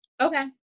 okay